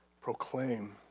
Proclaim